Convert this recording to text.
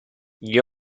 gli